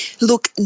Look